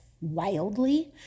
wildly